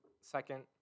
second